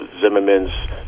Zimmerman's